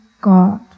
God